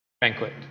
banquet